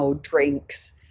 drinks